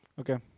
okay